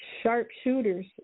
sharpshooters